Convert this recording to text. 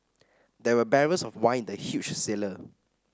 there were barrels of wine in the huge cellar